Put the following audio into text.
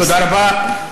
תודה רבה.